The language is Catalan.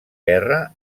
guerra